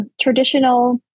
traditional